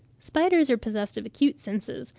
spiders are possessed of acute senses,